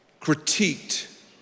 critiqued